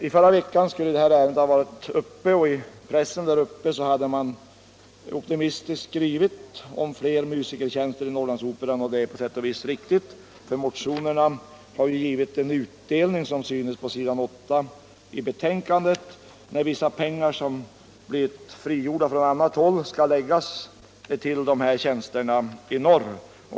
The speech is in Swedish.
I förra veckan skulle detta ärende ha varit uppe till behandling. I ortspressen hade man optimistiskt skrivit om fler musikertjänster vid Norrlandsoperan, vilket på sätt och vis var riktigt, för motionerna har ju, som synes på s. 8 i betänkandet, givit utdelning genom att vissa pengar när de frigjorts från annat håll skall fördelas till dessa tjänster i norr.